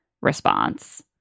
response